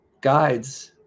guides